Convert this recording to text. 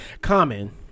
Common